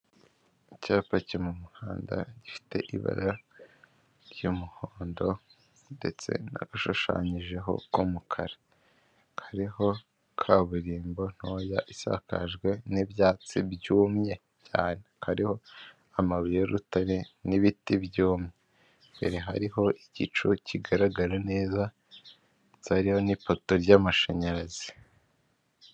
Icyapa cyo mu muhanda gifite ibara ry'umuhondo ndetse n'agashushanyijeho k'umukara kariho kaburimbo ntoya isakajwe n'ibyatsi byumye, hariho amabuye y'urutare n'ibiti byumye, imbere hariho igicu kigaragara neza hariyo n'ipoto ry'amashanyarazi.